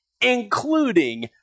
including